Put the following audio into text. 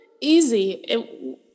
easy